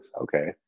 Okay